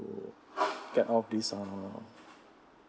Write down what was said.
get off this uh